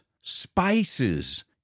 spices